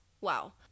wow